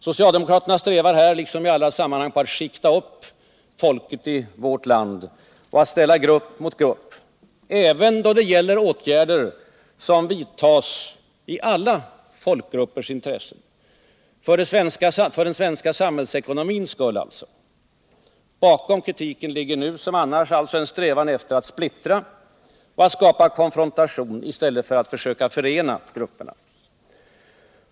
Socialdemokraterna strävar här liksom i alla sammanhang efter att skikta upp folket i vårt land och att ställa grupp mot grupp, även då det gäller åtgärder som vidtas i alla folkgruppers intresse, alltså för den svenska samhällsekonomins skull. Bakom kritiken ligger nu som annars alltså en strävan efter att splittra och att skapa konfrontation i stället för att försöka förena grupperna.